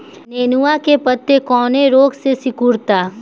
नेनुआ के पत्ते कौने रोग से सिकुड़ता?